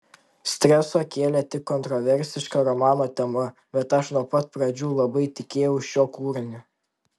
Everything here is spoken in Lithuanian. streso kėlė tik kontroversiška romano tema bet aš nuo pat pradžių labai tikėjau šiuo kūriniu